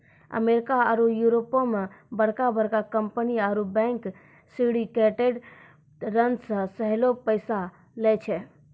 America आरु यूरोपो मे बड़का बड़का कंपनी आरु बैंक सिंडिकेटेड ऋण से सेहो पैसा लै छै